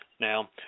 Now